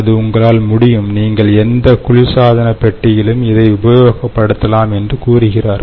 அது உங்களால் முடியும் நீங்கள் எந்த குளிர்சாதன பெட்டியிலும் இதை உபயோகப்படுத்தலாம் என்று கூறுகிறார்கள்